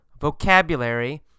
vocabulary